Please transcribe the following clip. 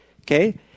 Okay